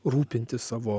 rūpintis savo